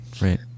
right